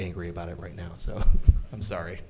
angry about it right now so i'm sorry